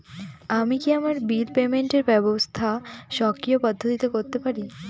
আমি কি আমার বিল পেমেন্টের ব্যবস্থা স্বকীয় পদ্ধতিতে করতে পারি?